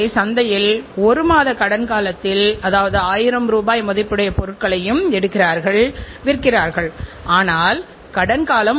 பின்னர் சந்தையில் நீண்ட காலம் நிலைத்திருக்க நம்மால் என்ன செய்ய முடியும் என்பது குறித்து ஒரு தரமான அறிக்கையைத் தயாரிக்க முடியும்